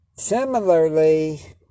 Similarly